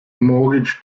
mortgage